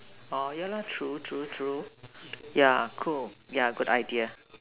oh ya lah true true true ya cool ya good idea